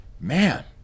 Man